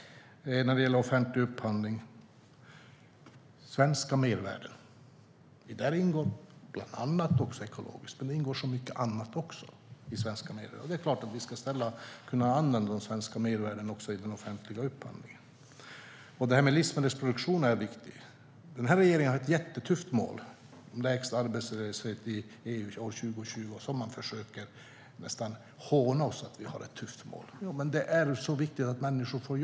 När det gäller offentlig upphandling och svenska mervärden ingår bland annat ekologiskt i det, men även mycket annat ingår. Det är klart att vi ska kunna använda svenska mervärden också i den offentliga upphandlingen. Livsmedelsproduktion är viktig. Den här regeringen har ett jättetufft mål om lägst arbetslöshet i EU till 2020. Det tuffa målet försöker man nästan håna oss för.